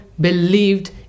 believed